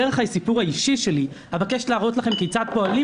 דרך הסיפור האישי שלי אבקש להראות לכם כיצד פועלים